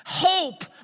hope